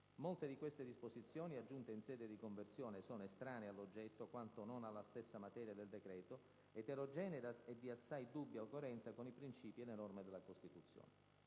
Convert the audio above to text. Molte di queste disposizioni aggiunte in sede di conversione sono estranee all'oggetto quando non alla stessa materia del decreto, eterogenee e di assai dubbia coerenza con i princìpi e le norme della Costituzione.